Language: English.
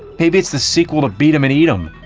maybe it's the sequel to beat'em and eat'em.